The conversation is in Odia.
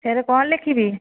ସେଥିରେ କ'ଣ ଲେଖିବି